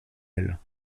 elle